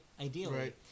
Ideally